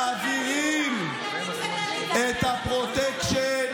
מעבירים את הפרוטקשן,